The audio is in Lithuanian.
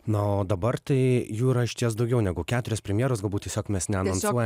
na o dabar tai jų yra išties daugiau negu keturios premjeros galbūt tiesiog mes neanonsuojam